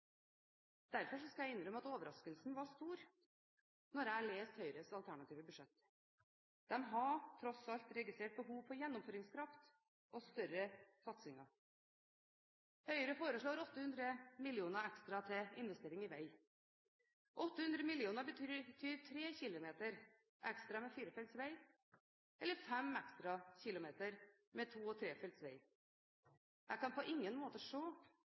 Derfor skal jeg innrømme at overraskelsen var stor da jeg leste Høyres alternative budsjett. De hadde tross alt registrert behov for gjennomføringskraft og større satsinger. Høyre foreslår 800 mill. kr ekstra til investering i vei. 800 mill. kr betyr 3 km ekstra med firefeltsvei eller 5 km ekstra med to- og trefeltsvei. Jeg kan på ingen måte